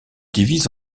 divise